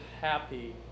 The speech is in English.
happy